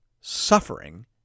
suffering